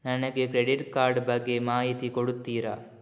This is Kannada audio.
ನನಗೆ ಕ್ರೆಡಿಟ್ ಕಾರ್ಡ್ ಬಗ್ಗೆ ಮಾಹಿತಿ ಕೊಡುತ್ತೀರಾ?